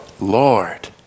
Lord